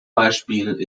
beispiel